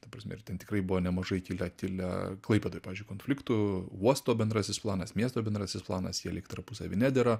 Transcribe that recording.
ta prasme ir ten tikrai buvo nemažai kilę kilę klaipėdoj pavyzdžiui konfliktų uosto bendrasis planas miesto bendrasis planas jie lyg tarpusavy nedera